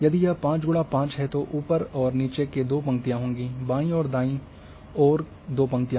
यदि यह 5 × 5 है तो ऊपर और नीचे दो पंक्तियाँ होंगी बाईं और दाईं ओर दो पंक्तियाँ